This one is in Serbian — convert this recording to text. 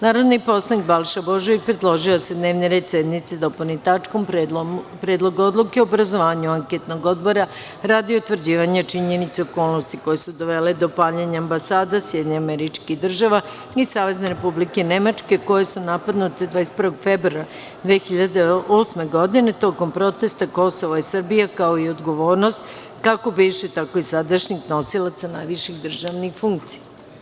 Narodni poslanik Balša Božović predložio je da se dnevni red sednice dopuni tačkom – Predlog odluke o obrazovanju Anketnog odbora radi utvrđivanja činjenica i okolnosti koje su dovele do paljenja ambasada SAD i SR Nemačke, koje su napadnute 21. februara 2008. godine, tokom protesta „Kosovo je Srbija“, kao i odgovornost, kako bivših, tako i sadašnjih nosilaca najviših državnih funkcija.